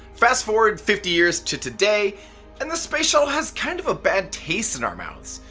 fast forward fifty years to today and the space shuttle has kind of a bad taste in our mouths.